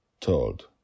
Told